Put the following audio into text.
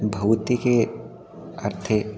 भौतिके अर्थे